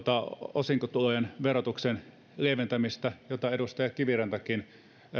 osinkotulojen verotuksen lieventämisestä jota edustaja kivirantakin